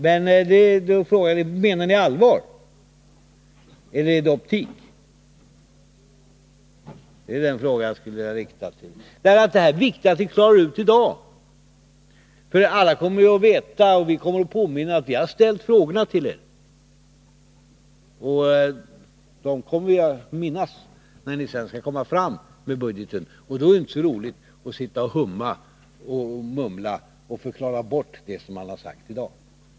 Men frågan är: Menar ni allvar eller är det optik? Det är viktigt att det här klaras ut i dag, för vi kommer ju att påminna om att vi har ställt de här frågorna till er. Alla kommer att minnas dem när budgeten läggs fram, och då är det inte så roligt att behöva sitta och mumla och försöka förklara bort det som har blivit sagt i dag.